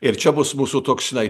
ir čia bus mūsų toks žinai